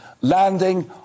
landing